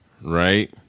right